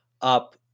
up